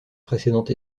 précédente